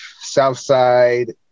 Southside